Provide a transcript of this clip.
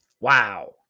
Wow